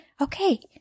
Okay